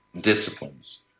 disciplines